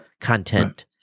content